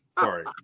Sorry